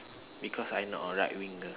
because I not a right winger